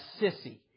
sissy